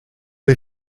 les